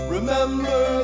Remember